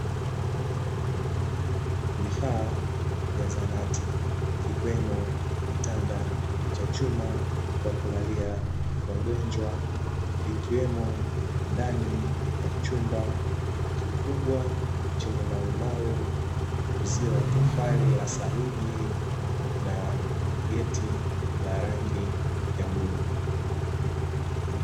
Vifaa vya zahanati kikiwemo kitanda cha chuma cha kulalia wagonjwa, vikiwemo ndani ya chumba kikubwa chenye marumaru, uzio wa tofali za saruji na geti la rangi ya bluu.